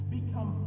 become